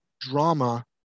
drama